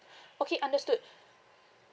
okay understood